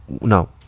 no